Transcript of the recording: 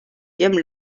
ihrem